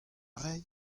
ray